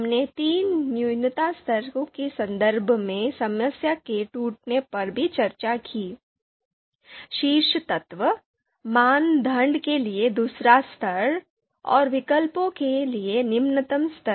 हमने तीन न्यूनतम स्तरों के संदर्भ में समस्या के टूटने पर भी चर्चा की शीर्ष तत्व मानदंड के लिए दूसरा स्तर और विकल्पों के लिए निम्नतम स्तर